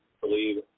believe